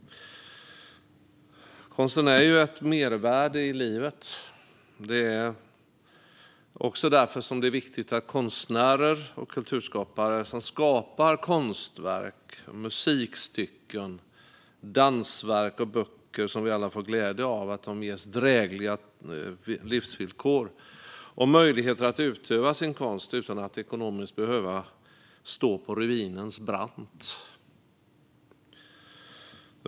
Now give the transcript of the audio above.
Konsten är ett mervärde i livet. Det är också därför som det är viktigt att konstnärer och kulturskapare som skapar konstverk, musikstycken, dansverk och böcker som vi alla får glädje av ges drägliga livsvillkor och möjligheter att utöva sin konst utan att ekonomiskt behöva stå på ruinens brant.